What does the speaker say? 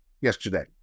yesterday